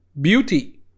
beauty